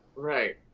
right.